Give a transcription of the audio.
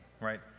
right